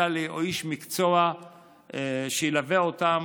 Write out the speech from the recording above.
סוציאלי או של איש מקצוע שילווה אותם,